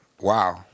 Wow